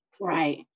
right